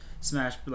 Smash